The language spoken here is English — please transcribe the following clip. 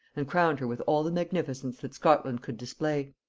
and crowned her with all the magnificence that scotland could display.